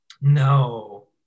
No